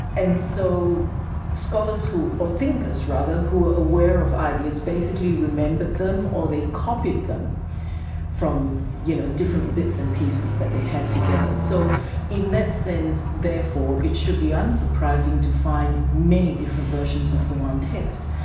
and so scholars, or thinkers rather, who were aware of ideas basically remembered them or they copied them from you know different bits and pieces that they had together. so in that sense, therefore, it should be unsurprising to find many different versions of the one text.